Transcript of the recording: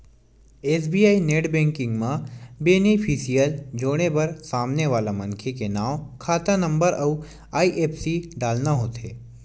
SBI net banking म beneficiary जोड़े बर सामने वाला मनखे के नांव, खाता नंबर अउ आई.एफ.एस.सी डालना होथे